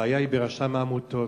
שהבעיה היא ברשם העמותות.